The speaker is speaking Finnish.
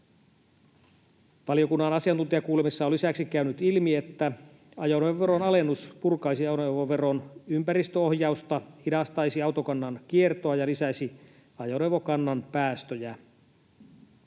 Valiokunnan asiantuntijakuulemisessa on lisäksi käynyt ilmi, että ajoneuvoveron alennus purkaisi ajoneuvoveron ympäristöohjausta, hidastaisi autokannan kiertoa ja lisäisi ajoneuvokannan päästöjä.